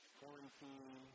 quarantine